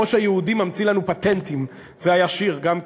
"הראש היהודי ממציא לנו פטנטים"; זה היה שיר גם כן,